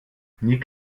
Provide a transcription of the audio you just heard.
nick